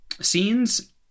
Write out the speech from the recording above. scenes